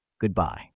Goodbye